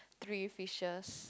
three fishes